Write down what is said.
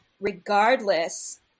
regardless